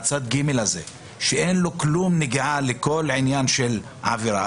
צד ג' שאין לו נגיעה לכל העניין של העבירה,